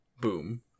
Boom